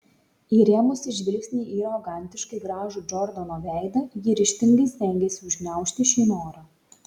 įrėmusi žvilgsnį į arogantiškai gražų džordano veidą ji ryžtingai stengėsi užgniaužti šį norą